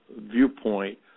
viewpoint